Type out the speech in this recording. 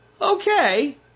okay